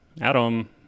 Adam